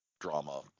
drama